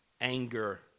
anger